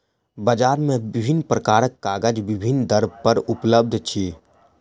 बजार मे विभिन्न प्रकारक कागज विभिन्न दर पर उपलब्ध अछि